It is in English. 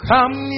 Come